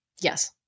Yes